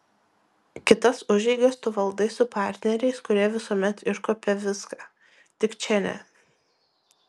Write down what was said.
kitas užeigas tu valdai su partneriais kurie visuomet iškuopia viską tik čia ne